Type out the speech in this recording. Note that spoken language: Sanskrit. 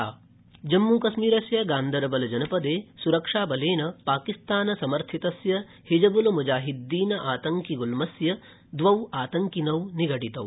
जम्मू जम्मू कश्मीरस्य गांदरबल जनपदे स्रक्षाबलेन पाकिस्तान समर्थितस्य हिजबुल मुजाहिद्दीन आतङ्किगुल्मस्य आतंकिनौ निगडितौ